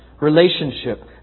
Relationship